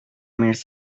minutes